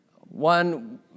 one